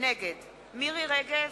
נגד מירי רגב,